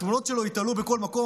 התמונות שלו ייתלו בכל מקום,